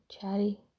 Chatty